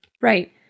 Right